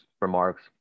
remarks